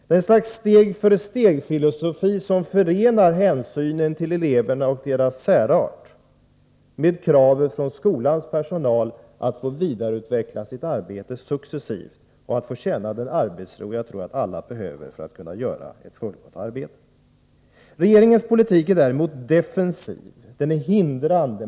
Det är ett slags steg-för-steg-filosofi, som förenar hänsynen till eleverna och deras särart med kravet från skolans personal på att få vidareutveckla sitt arbete successivt och att få känna den arbetsro som jag tror att alla behöver för att kunna göra ett fullgott arbete. Regeringens politik är däremot defensiv. Den är hindrande.